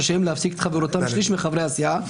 רשאים להפסיק את חברותם שליש מחברי הסיעה,